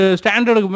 standard